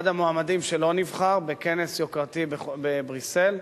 אחד המועמדים שלא נבחר, בכנס יוקרתי בבריסל,